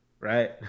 Right